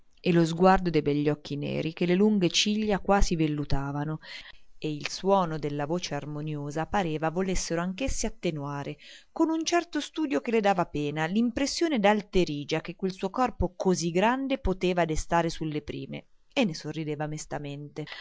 e lo sguardo dei begli occhi neri che le lunghe ciglia quasi vellutavano e il suono della voce armoniosa pareva volessero anch'essi attenuare con un certo studio che le dava pena l'impressione d'alterigia che quel suo corpo così grande poteva destare sulle prime e ne sorrideva mestamente